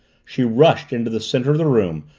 she rushed into the center of the room,